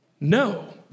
No